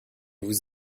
vous